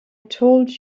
told